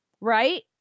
Right